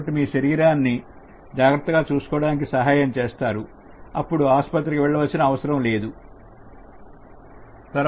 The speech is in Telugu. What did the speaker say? కాబట్టి మీరు శరీరాన్ని జాగ్రత్తగా చూసుకోవడానికి సహాయం చేస్తారు అప్పుడు ఆస్పత్రికి వెళ్లే అవసరం లేదు